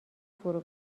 فرو